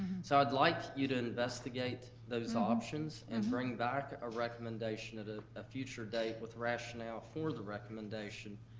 so i'd like you to investigate those options and bring back a recommendation at ah a future date with rationale for the recommendation.